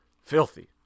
filthy